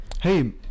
Hey